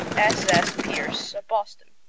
s s. pierce of boston.